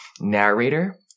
narrator